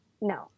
no